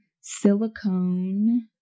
Silicone